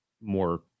more